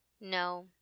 No